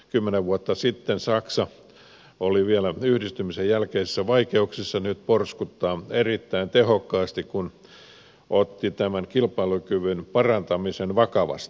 kymmenen vuotta sitten saksa oli vielä yhdistymisen jälkeisissä vaikeuksissa nyt porskuttaa erittäin tehokkaasti kun otti tämän kilpailukyvyn parantamisen vakavasti